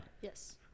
Yes